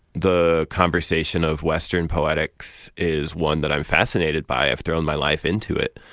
the conversation of western poetics is one that i'm fascinated by i've thrown my life into it.